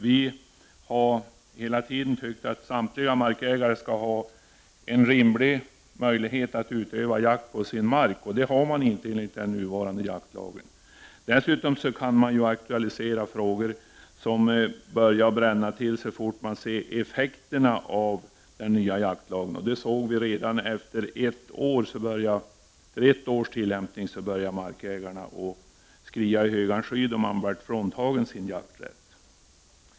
Vi har hela tiden tyckt att samtliga markägare skall ha en rimlig möjlighet att utöva jakt på sin mark, vilka de inte har enligt den nuvarande jaktlagen. Dessutom kan man ju aktualisera frågor när man börjar se effekterna av den nya jaktlagen, och redan efter ett års tillämpning började markägarna skria i högan sky, då de blev fråntagna sin jakträtt.